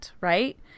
right